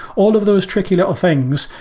all of those tricky little things,